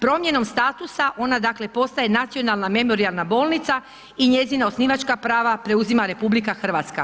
Promjenom statusa, onda dakle postaje Nacionalna memorijalna bolnica i njezina osnivačka prava preuzima RH.